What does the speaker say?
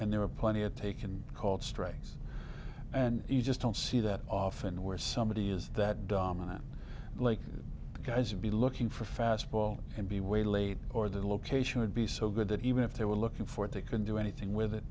and there are plenty of taken called strikes and you just don't see that often where somebody is that dominant like the guys would be looking for a fastball and be way late or the location would be so good that even if they were looking for it they couldn't do anything with it